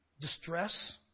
distress